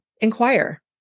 inquire